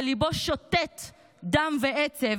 וליבו שותת דם ועצב,